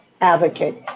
advocate